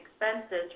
expenses